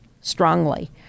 strongly